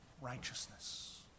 righteousness